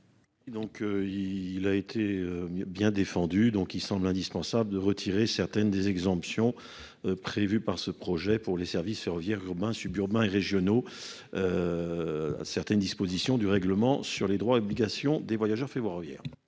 Il a été bien défendu. Donc il semble indispensable de retirer certaines des exemptions. Prévues par ce projet pour les services ferroviaires suburbains et régionaux. Certaines dispositions du règlement sur les droits et obligations des voyageurs fait voir.